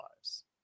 lives